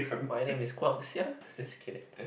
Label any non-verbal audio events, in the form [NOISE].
my name is Guang-Xiang [LAUGHS] just kidding